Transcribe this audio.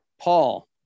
Paul